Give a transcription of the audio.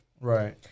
Right